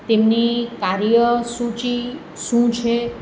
તેમની કાર્ય સૂચિ શું છે